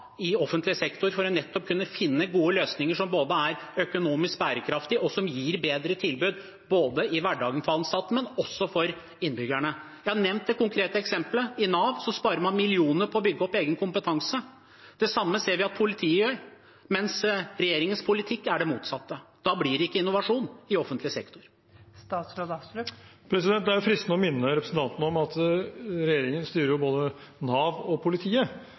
for nettopp å kunne finne gode løsninger som både er økonomisk bærekraftige og gir bedre tilbud i hverdagen både for ansatte og for innbyggerne. Jeg har nevnt det konkrete eksemplet: I Nav sparer man millioner på å bygge opp egen kompetanse. Det samme ser vi at politiet gjør, mens regjeringens politikk er det motsatte. Da blir det ikke innovasjon i offentlig sektor. Det er fristende å minne representanten om at regjeringen styrer både Nav og politiet.